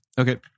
Okay